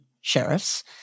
sheriffs